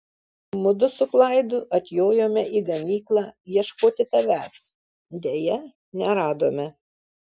mudu su klaidu atjojome į ganyklą ieškoti tavęs deja neradome